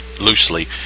loosely